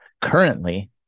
Currently